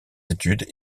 études